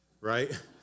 right